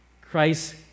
christ